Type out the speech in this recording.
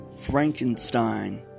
Frankenstein